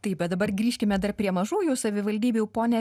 taip bet dabar grįžkime dar prie mažųjų savivaldybių pone